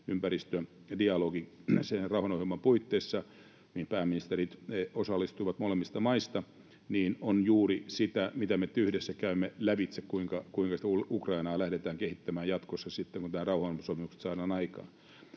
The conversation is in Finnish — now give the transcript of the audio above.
ympäristödialogi sen rauhanohjelman puitteissa, mihin pääministerit osallistuivat molemmista maista — on juuri sitä, mitä me nyt yhdessä käymme lävitse, kuinka Ukrainaa lähdetään kehittämään jatkossa sitten, kun nämä rauhansopimukset saadaan aikaan.